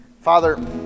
Father